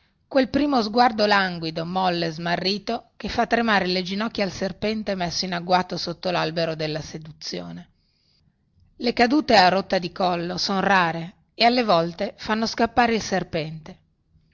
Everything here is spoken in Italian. quel primo sguardo languido molle smarrito che fa tremare le ginocchia al serpente messo in agguato sotto lalbero della seduzione le cadute a rotta di collo son rare e alle volte fanno scappare il serpente